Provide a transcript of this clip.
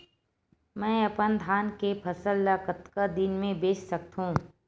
मैं अपन धान के फसल ल कतका दिन म बेच सकथो?